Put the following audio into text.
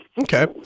Okay